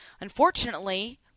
unfortunately